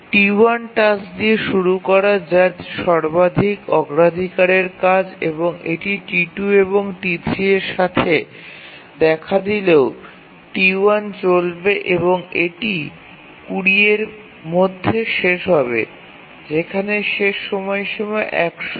T1 task দিয়ে শুরু করা যা সর্বাধিক অগ্রাধিকারের কাজ এবং এটি T2 এবং T3 এর সাথে দেখা দিলেও T1 চলবে এবং এটি ২০ এর মধ্যে শেষ হবে যেখানে শেষ সময়সীমা ১০০